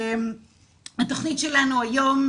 התכנית שלנו היום